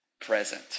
present